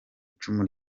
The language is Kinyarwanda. icumu